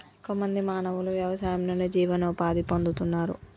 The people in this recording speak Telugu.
ఎక్కువ మంది మానవులు వ్యవసాయం నుండి జీవనోపాధి పొందుతున్నారు